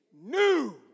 new